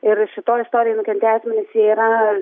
ir šitoj istorijoj nukentėję asmenys jie yra